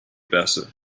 better